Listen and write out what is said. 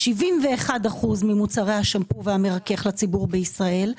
71% ממוצרי השמפו והמרכך לציבור בישראל,